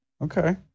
Okay